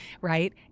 right